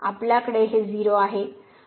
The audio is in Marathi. आपल्याकडे हे 0 आहे